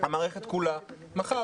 המערכת כולה מחר.